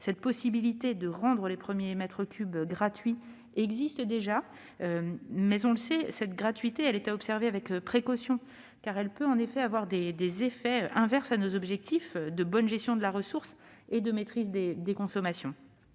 La possibilité de rendre les premiers mètres cubes gratuits existe déjà, mais, on le sait, cette gratuité est à observer avec précaution, car elle peut avoir un effet contraire à nos objectifs de bonne gestion de la ressource et de maîtrise des consommations.